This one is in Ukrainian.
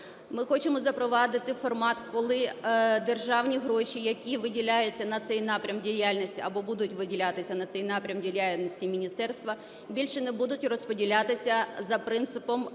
Ми хочемо запровадити формат, коли державні гроші, які виділяються на цей напрям діяльності або будуть виділятися на цей напрям діяльності міністерства, більше не будуть розподілятися за принципом